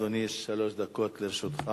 בבקשה, אדוני, שלוש דקות לרשותך.